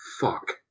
fuck